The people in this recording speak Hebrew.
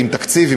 עם תקציב,